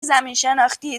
زمینشناختی